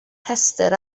rhestr